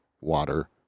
water